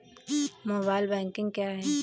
Mobile banking क्या है?